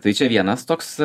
tai čia vienas toks